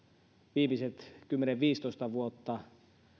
viimeiset kymmenen viiva viisitoista vuotta